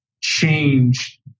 change